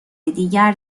دیگر